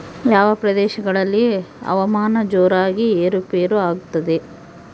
ಯಾವ ಪ್ರದೇಶಗಳಲ್ಲಿ ಹವಾಮಾನ ಜೋರಾಗಿ ಏರು ಪೇರು ಆಗ್ತದೆ?